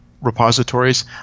repositories